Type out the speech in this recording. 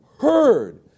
heard